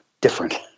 different